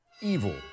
evil